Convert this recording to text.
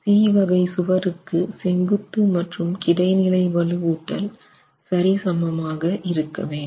C வகை சுவருக்கு செங்குத்து மற்றும் கிடைநிலை வலுவூட்டல் சரிசமமாக இருக்க வேண்டும்